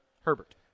Herbert